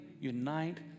unite